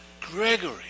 Gregory